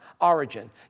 origin